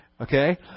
Okay